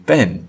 Ben